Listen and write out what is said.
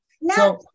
No